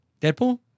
Deadpool